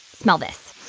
smell this